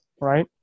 right